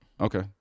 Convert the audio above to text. Okay